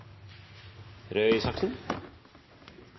Røe Isaksen